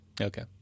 Okay